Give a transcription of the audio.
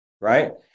right